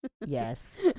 yes